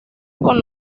con